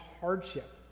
hardship